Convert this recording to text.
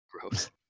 gross